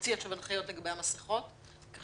הוציא עכשיו הנחיות לגבי המסכות כך